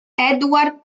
edward